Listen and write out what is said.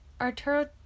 Arturo